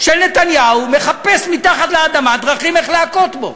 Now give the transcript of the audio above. של נתניהו מחפש מתחת לאדמה דרכים להכות בו.